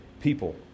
people